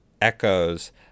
echoes